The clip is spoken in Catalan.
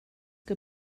que